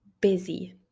busy